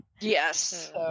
yes